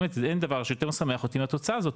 באמת אין דבר שיותר משמח אותי מהתוצאה הזאת.